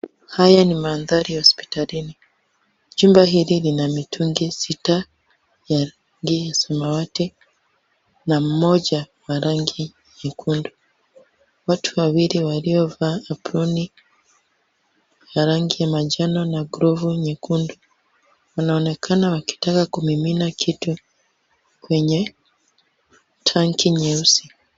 Haya ni mandari ya hospitalini chumba hili Lina mitungi sita ya rangi ya samawati na mmoja wa rangi nyekundu watu wawili walio vaa apron ya rangi ya manjani na glovu nyekundu wanaonekana wakitaka kumimina kitu kwenye tangi nyeusi.